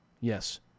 Yes